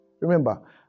Remember